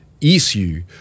Issue